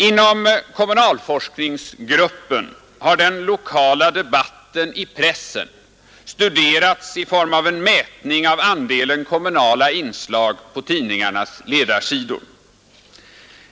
Inom kommunalforskningsgruppen har den lokala debatten i pressen studerats i form av en mätning av andelen kommunala inslag på tidningarnas ledarsidor.